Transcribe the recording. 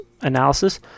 analysis